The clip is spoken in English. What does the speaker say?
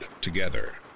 together